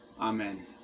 Amen